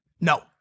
No